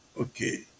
Okay